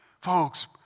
folks